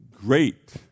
great